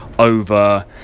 over